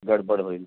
गडबड होईल